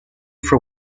for